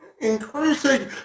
increasing –